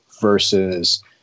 versus